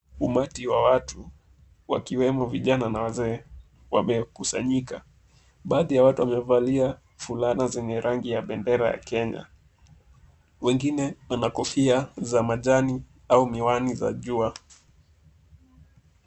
Umati wa watu, wakiwemo vijana na wazee, wamekusanyika. Baadhi ya watu wamevalia fulana zenye rangi ya bendera ya Kenya, wengine wanakofia za majani au miwani za jua.